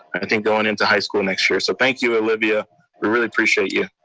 i think going into high school next year. so thank you, olivia, we really appreciate you.